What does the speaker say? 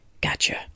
Gotcha